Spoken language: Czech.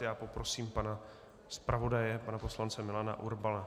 Já poprosím zpravodaje pana poslance Milana Urbana.